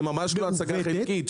זה ממש לא הצגה חלקית.